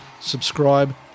subscribe